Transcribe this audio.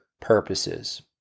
purposes